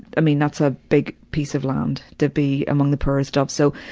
i mean, that's a big piece of land to be among the poorest of, so,